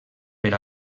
per